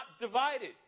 divided